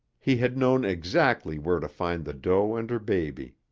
he had known exactly where to find the doe and her baby.